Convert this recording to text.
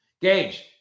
Gage